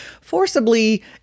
forcibly